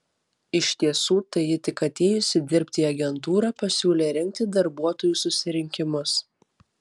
iš tiesų tai ji tik atėjusi dirbti į agentūrą pasiūlė rengti darbuotojų susirinkimus